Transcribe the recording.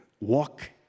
Walk